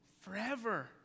Forever